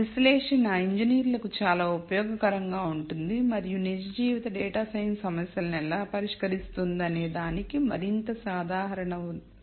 విశ్లేషణ ఇంజనీర్లకు చాలా ఉపయోగకరంగా ఉంటుంది మరియు నిజ జీవిత డేటా సైన్స్ సమస్యలను ఎలా పరిష్కరిస్తుందనే దానికి మరింత సాధారణ ఉదాహరణతో ముగుస్తుంది